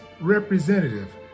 Representative